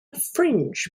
fringe